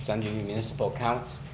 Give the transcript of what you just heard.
it's under municipal accounts.